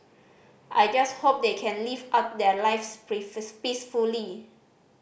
I just hope they can live out their lives peacefully